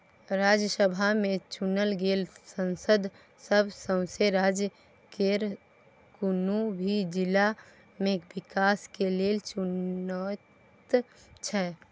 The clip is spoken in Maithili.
राज्यसभा में चुनल गेल सांसद सब सौसें राज्य केर कुनु भी जिला के विकास के लेल चुनैत छै